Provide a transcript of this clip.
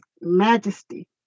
majesty